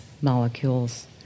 molecules